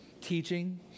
teaching